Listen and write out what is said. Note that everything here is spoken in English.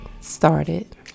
started